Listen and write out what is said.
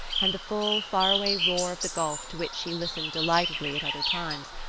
and the full, faraway roar of the gulf, to which she listened delightedly at other times,